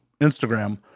Instagram